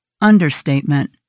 understatement